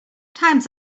times